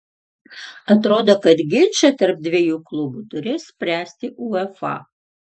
atrodo kad ginčą tarp dviejų klubų turės spręsti uefa